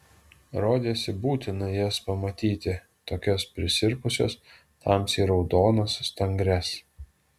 rodėsi būtina jas pamatyti tokias prisirpusias tamsiai raudonas stangrias